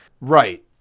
Right